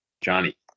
Johnny